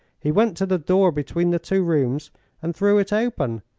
he went to the door between the two rooms and threw it open,